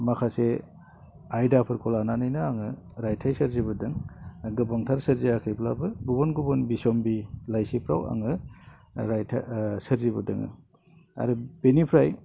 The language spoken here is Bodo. माखासे आयदाफोरखौ लानानैनो आङो रायथाइ सोरजिबोदों गोबांथार सोरजियाखैब्लाबो गुबुन गुबुन बिस'म्बि लाइसिफ्राव आङो रायथाइ सोरजिबोदों आरो बेनिफ्राय